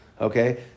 okay